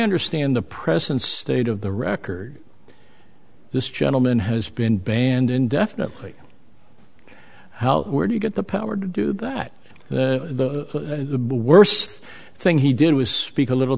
understand the present state of the record this gentleman has been banned indefinitely how where do you get the power to do that the worst thing he did was speak a little